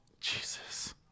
Jesus